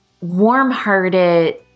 warm-hearted